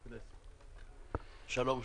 שלום,